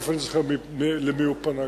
תיכף אני אזכר למי עוד הוא פנה.